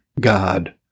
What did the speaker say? God